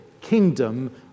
kingdom